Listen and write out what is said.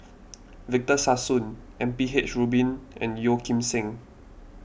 Victor Sassoon M P H Rubin and Yeo Kim Seng